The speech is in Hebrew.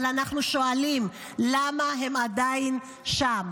אבל אנחנו שואלים: למה הם עדיין שם?